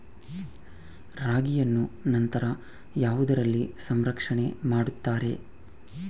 ರಾಗಿಯನ್ನು ನಂತರ ಯಾವುದರಲ್ಲಿ ಸಂರಕ್ಷಣೆ ಮಾಡುತ್ತಾರೆ?